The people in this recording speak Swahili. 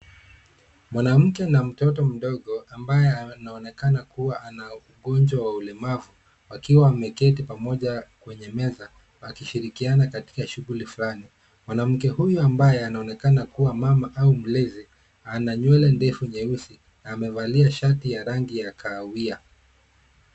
Mwanamke na mtoto mdogo ambaye anaonekana kuwa ana ugonjwa wa ulemavu wakiwa wameketi pamoja kwenye meza wakishirikiana katika shughuli flani. Mwanamke huyu amabaye anaonekana kuwa mama au mlezi ana nywele ndefu nyeusi, amevalia shati ya rangi ya kahawia.